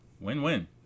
win-win